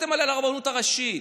השתלטתם על הרבנות הראשית.